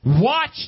Watch